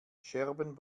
scherben